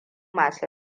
masu